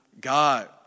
God